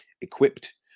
equipped